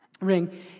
Ring